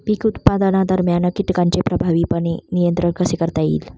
पीक उत्पादनादरम्यान कीटकांचे प्रभावीपणे नियंत्रण कसे करता येईल?